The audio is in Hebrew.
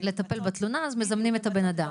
--- ולטפל בתלונה, אז מזמנים את הבן-אדם.